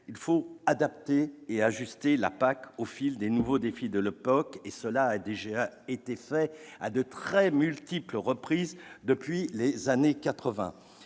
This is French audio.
il faut adapter et ajuster la PAC aux nouveaux défis de l'époque, comme cela a déjà été fait à de très multiples reprises depuis les années 1980.